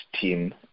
team